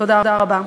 תודה רבה.